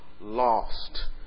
lost